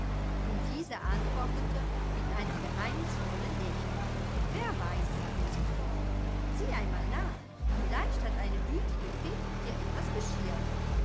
und diese antwortete mit einem geheimnisvollen lächeln wer weiß fuhr sie fort sieh einmal nach vielleicht hat eine gütige fee dir etwas beschert